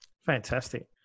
Fantastic